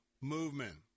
movement